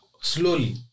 Slowly